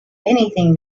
anything